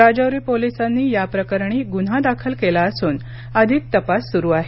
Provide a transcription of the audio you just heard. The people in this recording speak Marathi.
राजौरी पोलिसांनी या प्रकरणी गुन्हा दाखल केला असून अधिक तपास सुरू आहे